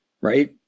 right